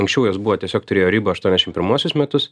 anksčiau jos buvo tiesiog turėjo ribą aštuoniasdešimt pirmuosius metus